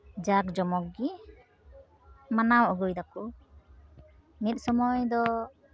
ᱡᱟᱠᱼᱡᱚᱢᱚᱠ ᱜᱤ ᱢᱟᱱᱟᱣ ᱟᱹᱜᱩᱭᱮᱫᱟ ᱠᱚ ᱢᱤᱫ ᱥᱚᱢᱚᱭ ᱫᱚ